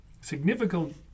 significant